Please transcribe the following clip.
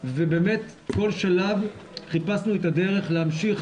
ובאמת כל שלב חיפשנו את הדרך להמשיך